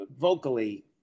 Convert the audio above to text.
vocally